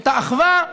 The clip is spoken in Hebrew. את האחווה,